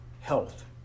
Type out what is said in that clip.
health